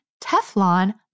Teflon